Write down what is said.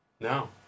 No